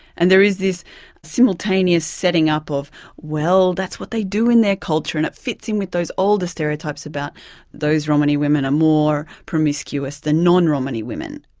and there is this simultaneous setting up of well, that's what they do in their culture, and it fits in with those older stereotypes about those romany women are more promiscuous than non-romany women.